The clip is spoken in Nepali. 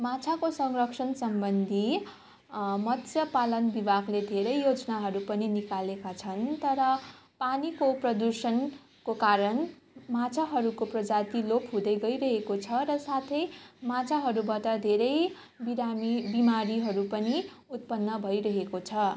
माछाको संरक्षण सम्बन्धी मत्यस्य पालन विभागले धेरै योजनाहरू पनि निकालेका छन् तर पानीको प्रदुषणको कारण माछाहरूको प्रजाति लोप हुँदै गइरहेको छ र साथै माछाहरूबाट धेरै बिरामी बिमारीहरू पनि उत्पन्न भइरहेको छ